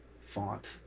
font